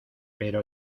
pero